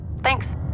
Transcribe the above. Thanks